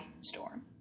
Storm